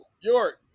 York